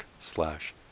slash